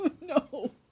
No